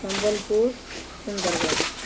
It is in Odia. ସମ୍ବଲପୁର ସୁନ୍ଦରଗଡ଼